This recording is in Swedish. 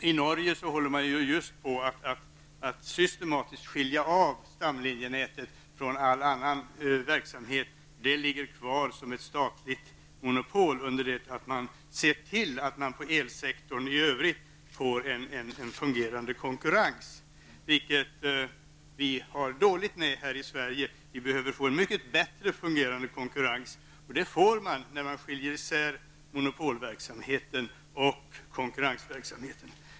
I Norge skiljer man just nu systematiskt ut stamlinjenätet från all annan verksamhet. Det ligger kvar som ett statligt monopol, medan man ser till att man på elsektorn i övrigt får en fungerande konkurrens, vilket det är dåligt ställt med i Sverige. Vi behöver få en mycket bättre fungerande konkurrens, och det får man när man skiljer monopolverksamheten och konkurrensverksamheten.